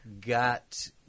Got